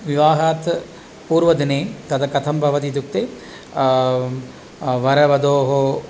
विवाहात्त् पूर्वदिने तत् कथं भवति इत्युक्ते वरवधोः